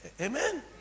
Amen